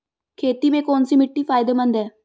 खेती में कौनसी मिट्टी फायदेमंद है?